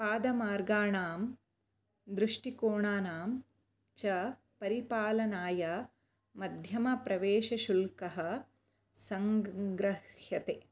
पादमार्गाणां दृष्टिकोणानां च परिपालनाय मध्यमप्रवेशशुल्कः सङ्गृह्यते